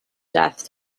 death